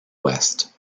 west